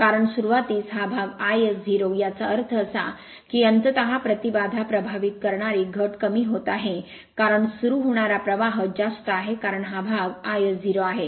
कारण सुरूवातीस हा भाग iS0 याचा अर्थ असा की अंततः प्रतिबाधा प्रभावित करणारी घट कमी होत आहे कारण सुरू होणारा प्रवाह जास्त आहे कारण हा भाग iS0 आहे